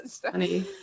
Funny